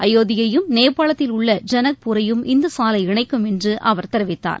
அயோத்தியையும் நேபாளத்தில் உள்ள ஜனக்பூரையும் இந்த சாலை இணைக்கும் என்று அவர் தெரிவித்தார்